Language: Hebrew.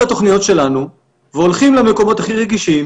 התוכניות שלנו והולכים למקומות הכי רגישים,